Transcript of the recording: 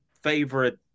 favorite